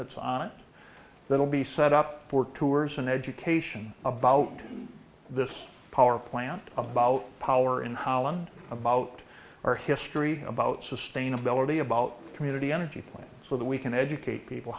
that's on it that will be set up for tours an education about this power plant about power in holland about our history about sustainability about community energy plan so that we can educate people